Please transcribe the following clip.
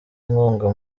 inkunga